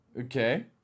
Okay